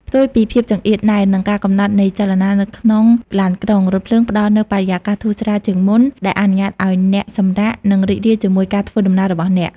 ផ្ទុយពីភាពចង្អៀតណែន និងការកំណត់នៃចលនានៅក្នុងឡានក្រុង រថភ្លើងផ្ដល់នូវបរិយាកាសធូរស្រាលជាងមុន ដែលអនុញ្ញាតឱ្យអ្នកសម្រាក និងរីករាយជាមួយការធ្វើដំណើររបស់អ្នក។